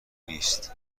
نیست